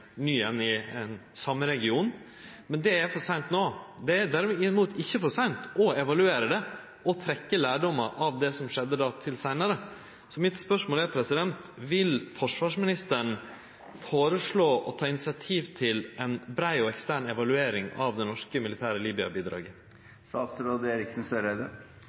i den same regionen, men det er for seint no. Det er derimot ikkje for seint å evaluere og trekkje lærdom av det som skjedde då, til seinare. Så spørsmålet mitt er: Vil forsvarsministeren føreslå og ta initiativ til ei brei og ekstern evaluering av det norske militære